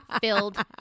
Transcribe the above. filled